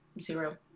zero